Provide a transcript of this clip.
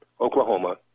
Oklahoma